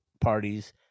parties